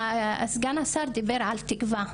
כאשר מישהו מאיים על הביטחון של המדינה